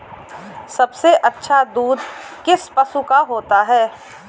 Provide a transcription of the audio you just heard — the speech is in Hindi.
सबसे अच्छा दूध किस पशु का होता है?